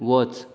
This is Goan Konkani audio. वच